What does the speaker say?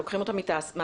לוקחים אותם מהתעשייה?